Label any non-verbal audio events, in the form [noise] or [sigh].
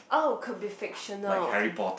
oh could be fictional [breath]